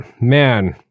man